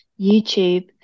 YouTube